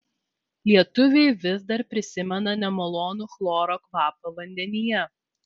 lietuviai vis dar prisimena nemalonų chloro kvapą vandenyje